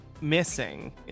missing